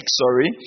sorry